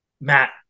Matt